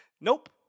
Nope